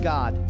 God